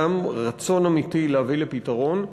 גם רצון אמיתי להביא לפתרון,